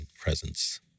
presence